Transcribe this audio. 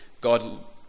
God